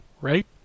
right